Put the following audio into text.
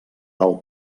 del